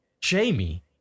Jamie